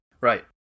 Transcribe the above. Right